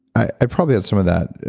i probably had some of that.